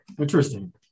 interesting